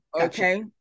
Okay